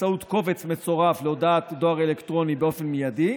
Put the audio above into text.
באמצעות קובץ מצורף להודעת דואר אלקטרוני באופן מיידי,